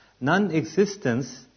non-existence